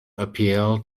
appeal